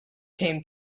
came